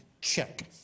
check